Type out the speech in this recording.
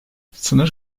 sınır